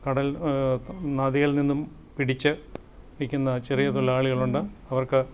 കടൽ നദിയിൽ നിന്നും പിടിച്ച് വിൽക്കുന്ന ചെറിയ തൊഴിലാളികളുണ്ട് അവർക്ക്